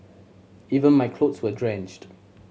even my clothes were drenched